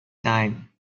time